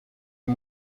uyu